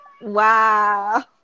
wow